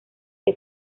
que